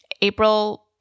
April